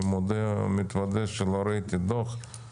אני מודה ומתוודה שלא ראיתי את הדוח שיצא הבוקר,